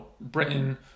Britain